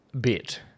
bit